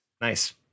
Nice